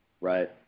Right